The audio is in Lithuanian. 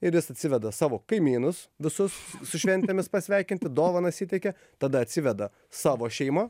ir jis atsiveda savo kaimynus visus su šventėmis pasveikinti dovanas įteikia tada atsiveda savo šeimą